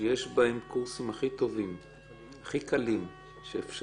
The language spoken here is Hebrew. שיש בהם קורסים הכי טובים, הכי קלים שאפשר